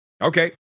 Okay